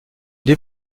deux